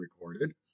recorded